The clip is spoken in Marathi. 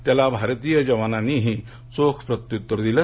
त्याला भारतीय जवानांनीही चोख प्रत्युत्तर दिल